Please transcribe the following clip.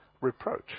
reproach